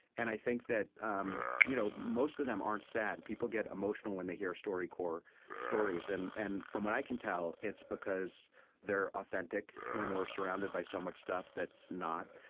and i think that um you know most of them aren't sad. people get emotional when they hear storycorps stories, and and from what i can tell, it's because they're authentic, when we're surrounded by so much stuff that's not.